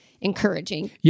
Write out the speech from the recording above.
encouraging